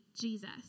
Jesus